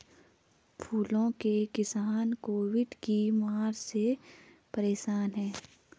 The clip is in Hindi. फूलों के किसान कोविड की मार से परेशान है